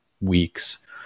weeks